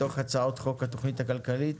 מתוך הצעת חוק התכנית הכלכלית